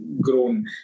grown